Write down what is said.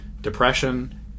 depression